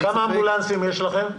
כמה אמבולנסים יש לכם?